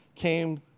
came